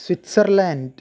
Switzerland